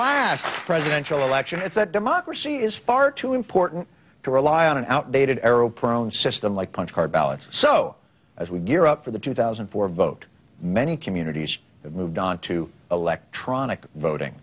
last presidential election is that democracy is far too important to rely on an outdated arrow prone system like punch card ballots so as we gear up for the two thousand and four vote many communities have moved on to electronic voting